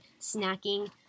snacking